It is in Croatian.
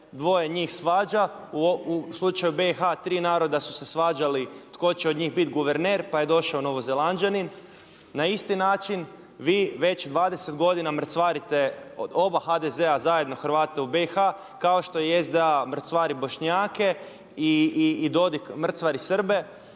dvoje njih svađa u slučaju BiH tri naroda su se svađali tko će od njih biti guverner pa je došao Novozelanđanin. Na isti način vi već 20 godina mrcvarite oba HDZ-a zajedno Hrvate u BiH kao što i SDA mrcvari Bošnjake i Dodik mrcvari Srbe.